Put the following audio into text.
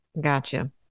Gotcha